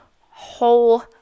whole